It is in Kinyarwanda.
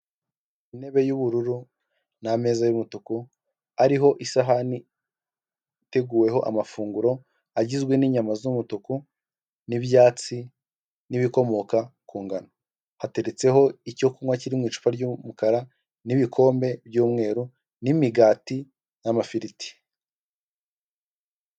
Utubati twiza dushyashya bari gusiga amarangi ukaba wadukoresha ubikamo ibintu yaba imyenda, ndetse n'imitako.